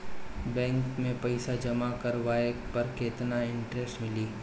Bank में पईसा जमा करवाये पर केतना इन्टरेस्ट मिली?